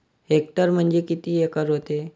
Hectare म्हणजे किती acre व्हते?